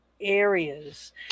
areas